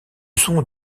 sont